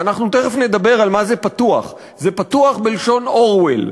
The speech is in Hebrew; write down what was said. ותכף נדבר על מה זה "פתוח"; זה פתוח בלשון אורוול,